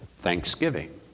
thanksgiving